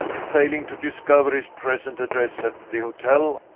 failing to discover his present address at the hotel,